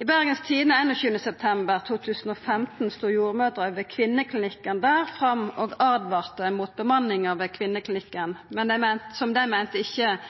I Bergens Tidende 21. september 2015 stod jordmødrer ved Kvinneklinikken fram og åtvara om bemanninga ved Kvinneklinikken, som dei meinte ikkje var jordmorfagleg forsvarleg. Dei meinte